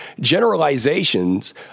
generalizations